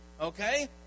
Okay